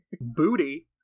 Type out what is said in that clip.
booty